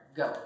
go